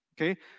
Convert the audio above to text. Okay